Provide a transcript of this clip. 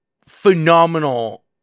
phenomenal